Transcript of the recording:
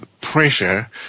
pressure